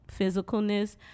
physicalness